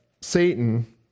Satan